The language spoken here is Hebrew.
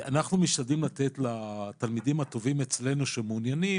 אנחנו משתדלים לתת לתלמידים הטובים אצלנו שמעוניינים,